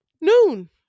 noon